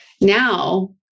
Now